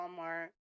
Walmart